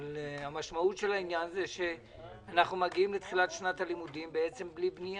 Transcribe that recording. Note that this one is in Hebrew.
אבל המשמעות היא שאנחנו מגיעים לתחילת שנת הלימודים בעצם בלי בנייה.